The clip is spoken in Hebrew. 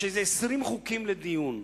יש כ-20 חוקים לדיון.